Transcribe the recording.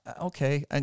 Okay